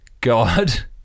God